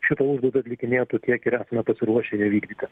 šitą užduotį atlikinėtų tiek ir esame pasiruošę ją vykdyti